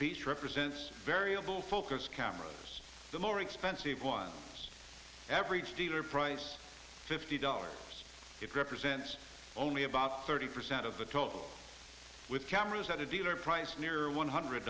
piece represents variable focus cameras the more expensive ones every steeler price fifty dollars it represents only about thirty percent of the total with cameras at a dealer price near one hundred